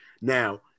Now